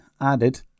added